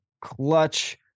clutch